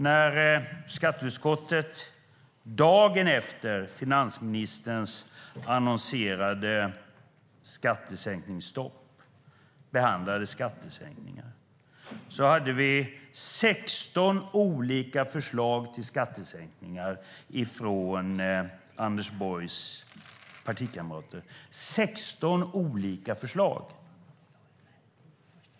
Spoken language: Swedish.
När skatteutskottet dagen efter finansministerns annonserade skattesänkningsstopp behandlade skattesänkningar fanns 16 olika förslag på skattesänkningar från Anders Borgs partikamrater. Det var 16 olika förslag!